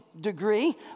degree